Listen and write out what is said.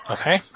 Okay